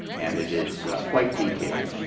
and it is quite detailed.